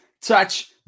Touch